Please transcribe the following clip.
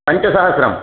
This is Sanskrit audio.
पञ्चसहस्रं